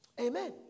Amen